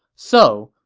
so,